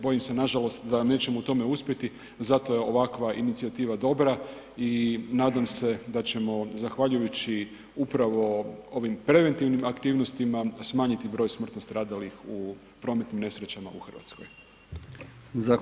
Bojim se nažalost da nećemo u tome uspjeti zato je ovakva inicijativa dobra i nadam se da ćemo zahvaljujući upravo ovim preventivnim aktivnostima smanjiti broj smrtno stradalih u prometnim nesrećama u Hrvatskoj.